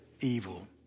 evil